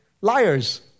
Liars